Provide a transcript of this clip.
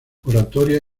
oratoria